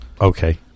okay